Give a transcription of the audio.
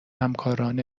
همکاران